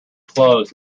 closed